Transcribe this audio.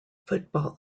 football